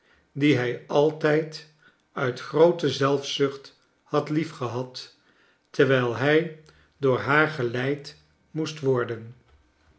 die hij altijd uit groote zelfzucht liad lieigehad terwijl hij door haar geleid moest worden